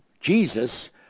Jesus